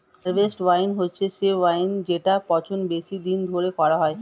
harvest wine হচ্ছে সেই wine জেটার পচন বেশি দিন ধরে করা হয়